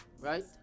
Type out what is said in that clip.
right